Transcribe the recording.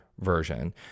version